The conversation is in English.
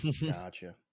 gotcha